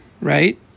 right